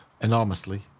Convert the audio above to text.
enormously